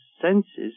senses